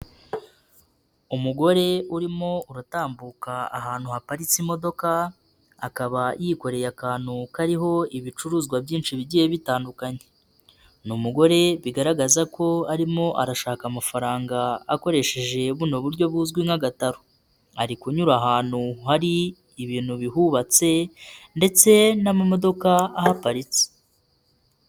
Umugore urimo uratambuka ahantu haparitse imodoka akaba yikoreye akantu kariho ibicuruzwa byinshi bigiye bitandukanye, ni umugore bigaragaza ko arimo arashaka amafaranga akoresheje buno buryo buzwi nk'agataro, ari kunyura ahantu hari ibintu bihubatse ndetse n'amamodoka ahaparitse.